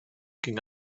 ginge